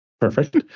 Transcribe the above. Perfect